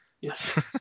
Yes